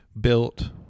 built